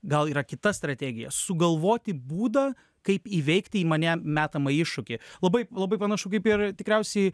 gal yra kita strategija sugalvoti būdą kaip įveikti į mane metamą iššūkį labai labai panašu kaip ir tikriausiai